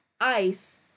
ICE